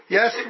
Yes